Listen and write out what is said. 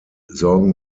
sorgen